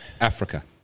Africa